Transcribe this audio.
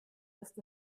ist